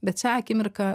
bet šią akimirką